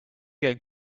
going